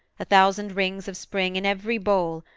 a thousand rings of spring in every bole,